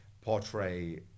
portray